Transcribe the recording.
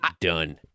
done